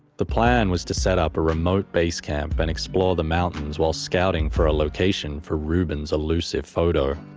the plan was to setup a remote base camp and explore the mountains while scouting for a location for reuben's elusive photo.